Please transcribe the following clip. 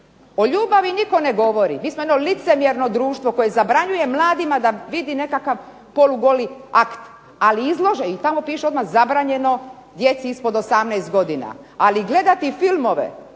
O ljubavi nitko ne govori. Mi smo jedno licemjerno društvo koje zabranjuje mladima da vidi nekakav polugoli akt, ali izlože i tamo piše odmah zabranjeno djeci ispod 18 godina, ali gledati filmove